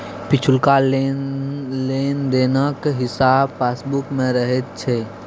पिछुलका लेन देनक हिसाब पासबुक मे रहैत छै